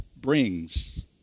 brings